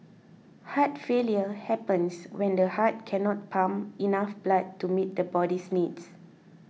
heart failure happens when the heart cannot pump enough blood to meet the body's needs